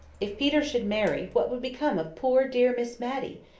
if peter should marry, what would become of poor dear miss matty?